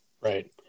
Right